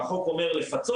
החוק אומר לפצות,